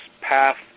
path